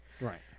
right